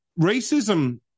racism